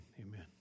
amen